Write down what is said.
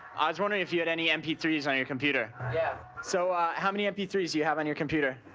i was wondering if you had any m p three s on your computer? yeah. so how many m p three s you have on your computer?